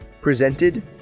presented